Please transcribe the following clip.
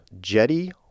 Jetty